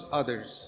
others